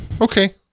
Okay